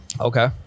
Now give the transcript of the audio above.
Okay